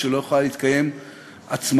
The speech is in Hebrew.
ולא חשוב